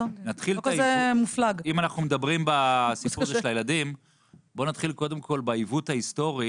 אם אנחנו מדברים בסיפור של הילדים בואו נתחיל קודם כל בעיוות ההיסטורי